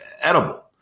edible